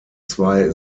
zwei